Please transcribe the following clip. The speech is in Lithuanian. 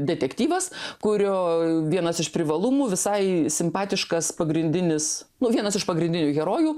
detektyvas kurio vienas iš privalumų visai simpatiškas pagrindinis nu vienas iš pagrindinių herojų